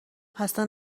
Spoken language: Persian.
خسته